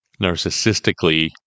narcissistically